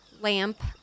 lamp